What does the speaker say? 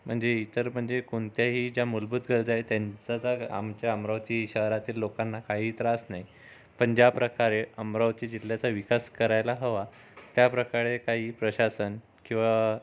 म्हणजे इतर म्हणजे कोणत्याही ज्या मूलभूत गरजा आहेत त्यांचा आमच्या अमरावती शहरातील लोकांना काही त्रास नाही पण ज्याप्रकारे अमरावती जिल्ह्याचा विकास करायला हवा त्याप्रकारे काही प्रशासन किंवा